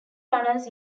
runners